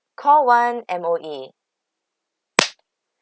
call one M_O_E